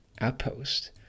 outpost